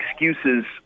excuses